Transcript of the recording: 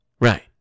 Right